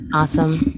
awesome